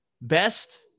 best